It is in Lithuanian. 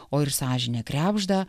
o ir sąžinė krebžda